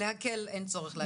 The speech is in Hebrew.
ולהקל אין צורך להגיד.